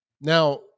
Now